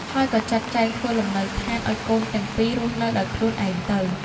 ហើយក៏ចាត់ចែងធ្វើលំនៅដ្ឋានឱ្យកូនទាំងពីររស់នៅដោយខ្លួនឯងទៅ។